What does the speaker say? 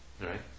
Right